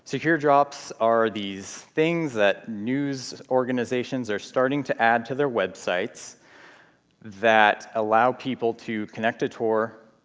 securedrops are these things that news organizations are starting to add to their websites that allow people to connect to tor,